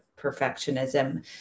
perfectionism